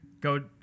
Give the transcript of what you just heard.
go